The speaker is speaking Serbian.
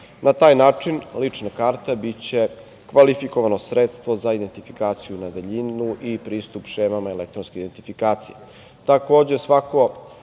Na taj način lična karta biće kvalifikovano sredstvo za identifikaciju na daljinu i pristup šemama elektronske identifikacije. Takođe, svaki